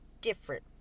different